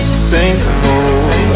sinkhole